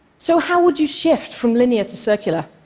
so how would you shift from linear to circular?